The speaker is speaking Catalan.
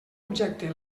objecte